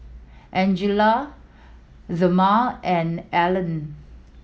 Angelia Thelma and Elian